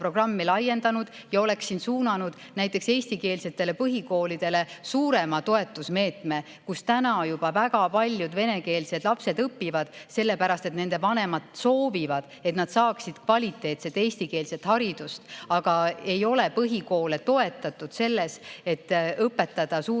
ja oleksin suunanud näiteks eestikeelsetele põhikoolidele suurema toetusmeetme, [mille toel] täna juba väga paljud venekeelsed lapsed õpivad, sellepärast et nende vanemad soovivad, et nad saaksid kvaliteetset eestikeelset haridust. Aga ei ole põhikoole toetatud selles, et õpetada suurel hulgal